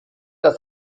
das